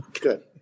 Good